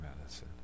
medicine